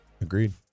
Agreed